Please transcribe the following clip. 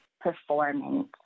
performance